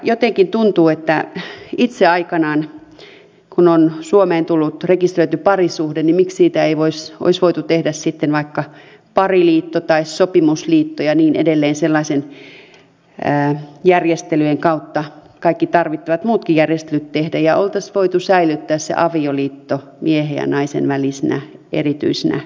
jotenkin tuntuu että aikanaan kun suomeen on tullut rekisteröity parisuhde niin miksi siitä ei olisi voitu tehdä sitten vaikka pariliitto tai sopimusliitto ja niin edelleen sellaisten järjestelyjen kautta kaikki tarvittavat muutkin järjestelyt tehdä ja olisi voitu säilyttää se avioliitto miehen ja naisen välisenä erityisenä yksikkönä